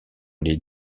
les